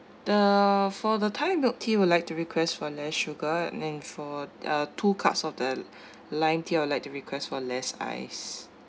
the for the thai milk tea would like to request for less sugar and then for uh two cups of the lime tea I would like to request for less ice